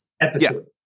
episode